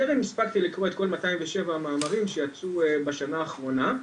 טרם הספקתי לקרוא את כל 207 המאמרים שיצאו בשנה האחרונה,